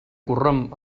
corromp